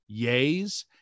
yays